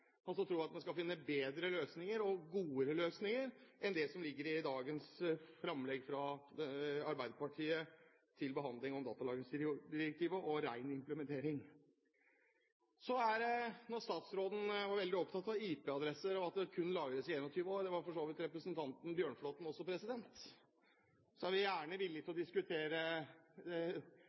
han mener det, altså tror at man skal finne bedre løsninger enn det som ligger i dagens framlegg fra Arbeiderpartiet til behandling om datalagringsdirektivet og ren implementering. Statsråden var veldig opptatt av IP-adresser og at de kun lagres i 21 år, og det var for så vidt representanten Bjørnflaten også. Vi er gjerne villige til å diskutere